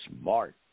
smart